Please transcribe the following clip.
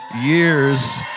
years